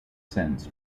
sense